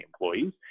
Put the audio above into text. employees